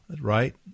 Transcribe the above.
right